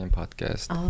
podcast